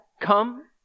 come